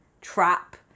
trap